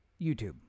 YouTube